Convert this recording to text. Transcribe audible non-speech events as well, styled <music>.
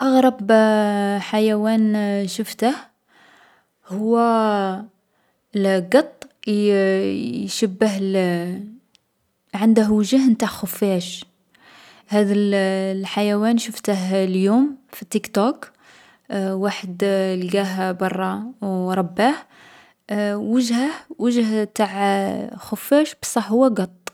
أغرب <hesitation> حيوان شفته هو القط يـ يشبّه لـ عنده وجه نتاع خفاش. هاذ الـ الحيوان شفته اليوم في تيكتوك. واحد لقاه برا و ربّاه. <hesitation> وجهه وجه نتاع خفاش بصح هو قط.